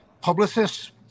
publicists